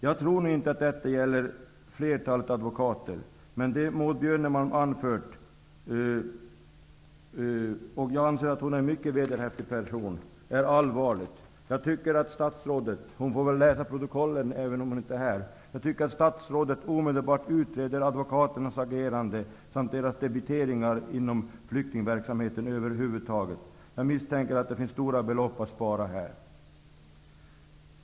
Jag tror inte att detta gäller flertalet advokater. Men det Maud Björnemalm har anfört, och jag anser att hon är en mycket vederhäftig person, är allvarligt. Jag tycker att statsrådet -- hon får väl läsa protokollet, eftersom hon inte är här -- omedelbart bör utreda advokaternas agerande samt deras debiteringar inom flyktingverksamheten över huvud taget. Jag misstänker att det finns stora belopp att spara här.